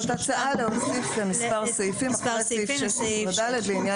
זו ההצעה להוסיף מספר סעיפים אחרי סעיף --- כן,